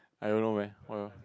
I don't know where uh